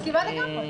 מסכימה לגמרי.